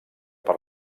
per